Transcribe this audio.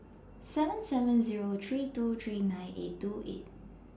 seven seven Zero three two three nine eight two eight